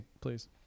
Please